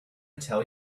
tell